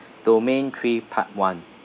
domain three part one